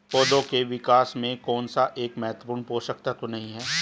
पौधों के विकास में कौन सा एक महत्वपूर्ण पोषक तत्व नहीं है?